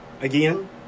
again